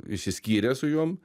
išsiskyrė su juom